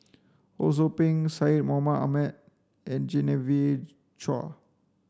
Ho Sou Ping Syed Mohamed Ahmed and Genevieve Chua